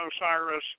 Osiris